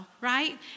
right